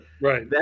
right